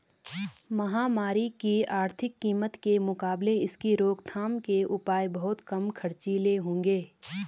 महामारी की आर्थिक कीमत के मुकाबले इसकी रोकथाम के उपाय बहुत कम खर्चीले होंगे